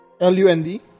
L-U-N-D